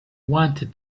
wanted